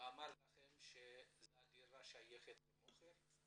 ואמר לכם שהדירה שייכת למוכר?